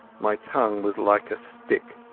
my tongue was like a stick,